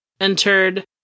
entered